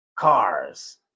cars